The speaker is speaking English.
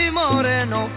moreno